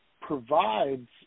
provides